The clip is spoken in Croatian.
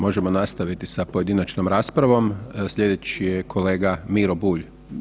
Možemo napraviti sa pojedinačnom raspravom, sljedeći je kolega Miro Bulj.